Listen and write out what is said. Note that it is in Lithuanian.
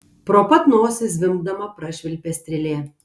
pro pat nosį zvimbdama prašvilpė strėlė